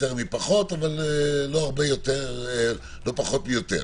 יותר מפחות, אבל לא פחות מיותר.